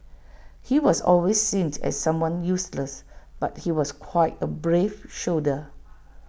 he was always seen as someone useless but he was quite A brave soldier